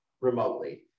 remotely